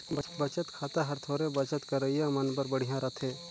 बचत खाता हर थोरहें बचत करइया मन बर बड़िहा रथे